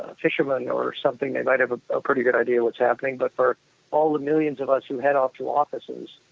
fisherman or something, they might have a pretty good idea of what's happening, but for all the millions of us who head off to offices,